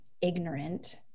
ignorant